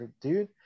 Dude